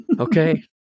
Okay